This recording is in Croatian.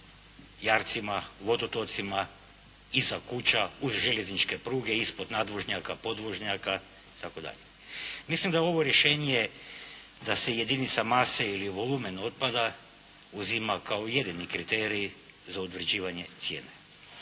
jarcima, vodotocima, iza kuća, uz željezničke pruge, ispod nadvožnjaka, podvožnjaka itd. Mislim da ovo rješenje da se jedinica mase ili volumen otpada uzima kao jedini kriterij za utvrđivanje cijene,